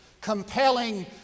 compelling